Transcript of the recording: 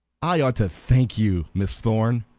i ought to thank you, miss thorn,